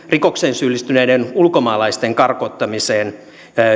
rikokseen syyllistyneiden ulkomaalaisten karkottamiseen niin